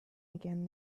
again